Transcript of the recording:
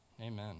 Amen